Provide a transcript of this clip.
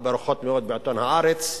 בעיתון "הארץ".